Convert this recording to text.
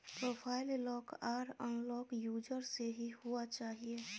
profile lock आर unlock user से ही हुआ चाहिए